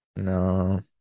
No